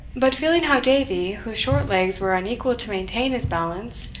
but feeling how davie, whose short legs were unequal to maintain his balance,